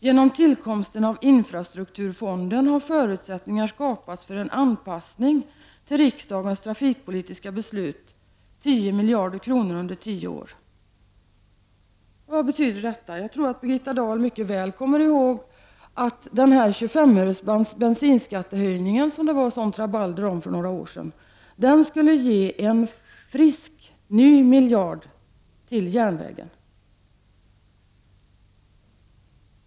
Genom tillkomsten av infrastrukturfonden har förutsättningar skapats för en anpassning till riksdagens trafikpolitiska beslut, 10 miljarder kronor under tio år ———.” Vad betyder detta? Jag tror att Birgitta Dahl mycket väl kommer ihåg att bensinskattehöjningen på 25 öre, som det var ett sådant rabalder om för några år sedan, skulle ge en frisk ny miljard till järnvägen.